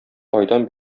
айдан